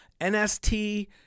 NST